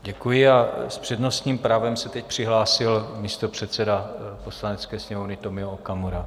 Děkuji a s přednostním právem se teď přihlásil místopředseda Poslanecké sněmovny Tomio Okamura.